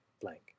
blank